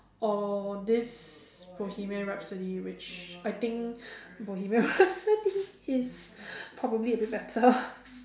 or this Bohemian rhapsody which I think Bohemian rhapsody is probably a bit better